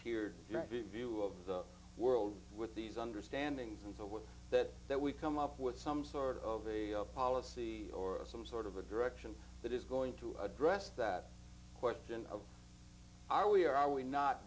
united view of the world with these understanding and so with that that we come up with some sort of a policy or some sort of a direction that is going to address that question of are we or are we not